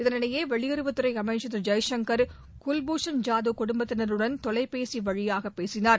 இதனிடையே வெளியறவுத்துறை அமைச்சர் திரு ஜெய்சங்கர் குவ்பூஷன் ஜாதவ் குடும்பத்தினருடன் தொலைபேசி வழியாக பேசினார்